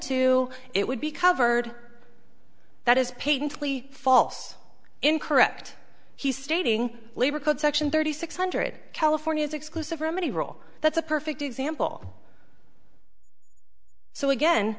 to it would be covered that is patiently false incorrect he stating labor could section thirty six hundred california's exclusive remedy rule that's a perfect example so again